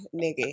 Nigga